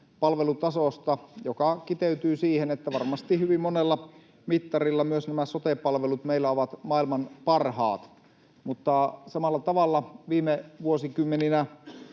palvelutasosta, mikä kiteytyy siihen, että varmasti hyvin monella mittarilla myös nämä sote-palvelut meillä ovat maailman parhaat. Mutta samalla tavalla viime vuosikymmeninä